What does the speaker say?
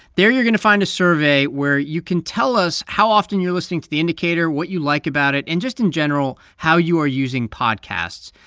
there you're going to find a survey where you can tell us how often you're listening to the indicator, what you like about it and, just in general, how you are using podcasts.